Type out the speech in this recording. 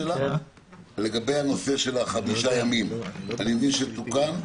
לגבי הנושא של החמישה ימים, אני מבין שתוקן.